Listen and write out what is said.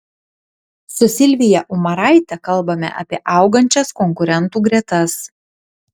su silvija umaraite kalbame apie augančias konkurentų gretas